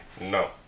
No